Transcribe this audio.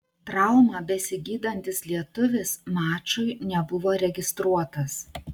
traumą besigydantis lietuvis mačui nebuvo registruotas